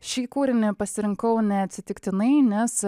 šį kūrinį pasirinkau neatsitiktinai nes